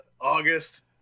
August